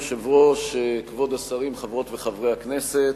היושב-ראש, כבוד השרים, חברי וחברות הכנסת,